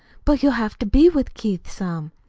but you'll have to be with keith some.